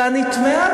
ואני תמהה,